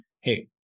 hey